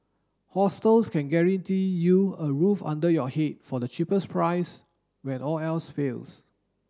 hostels can guarantee you a roof under your head for the cheapest price when all else fails